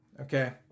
okay